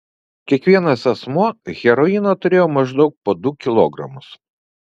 kiekvienas asmuo heroino turėjo maždaug po du kilogramus